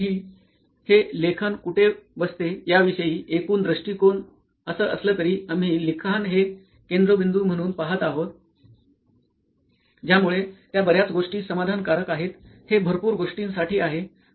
आणि शेवटी हे लेखन कुठे बसते याविषयी एकूण दृष्टिकोन असं असलं तरी आम्ही लिखाण हे केंद्रबिंदू म्हणून पहात आहोत ज्यामुळे त्या बर्याच गोष्टी समाधानकारक आहेत हे भरपूर गोष्टींसाठी आहे